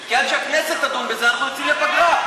כי עד שהכנסת תדון בזה אנחנו יוצאים לפגרה.